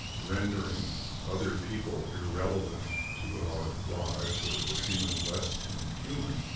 rendering other people irrelevant to our lives or even less than human.